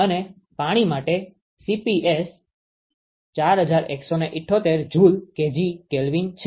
અને પાણી માટે Cps 4178 JkgK છે